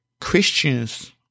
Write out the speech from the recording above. Christians